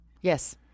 Yes